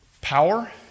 power